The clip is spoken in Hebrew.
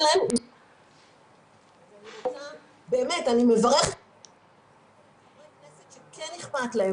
להם --- אני מברכת --- חברי כנסת שכן אכפת להם